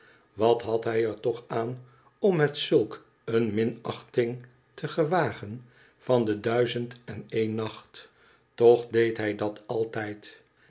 wat had hij er toch aan om met zulk een minachting to gewagen van de duizend-en-een-nacht toch deed hij dat altijd